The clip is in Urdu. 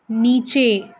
نیچے